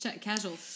Casual